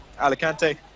Alicante